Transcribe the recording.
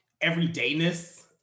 everydayness